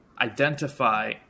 identify